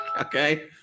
Okay